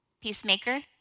Peacemaker